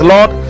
Lord